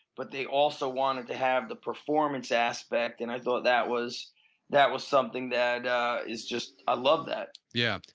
but they also wanted to have the performance aspect and i thought that was that was something that is just, i love that yeah